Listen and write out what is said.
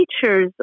teachers